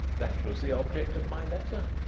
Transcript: that was the object of my letter,